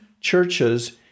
churches